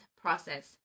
process